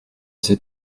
ces